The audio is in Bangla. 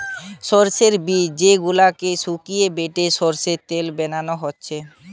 সোর্সের বীজ যেই গুলাকে শুকিয়ে বেটে সোর্সের তেল বানানা হচ্ছে